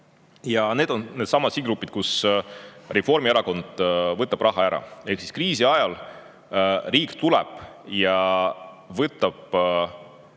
Need on needsamad sihtgrupid, kust Reformierakond võtab raha ära. Ehk kriisi ajal riik tuleb ja võtab